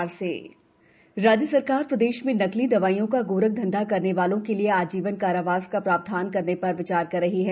आजीवन कारावास राज्य सरकार प्रदेश में नकली दवाईयों का गोरखधंधा करने वालों के लिए आजीवन कारावास का प्रावधान करने पर विचार कर रही है